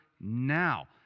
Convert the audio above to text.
now